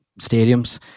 stadiums